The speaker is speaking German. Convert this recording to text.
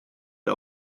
der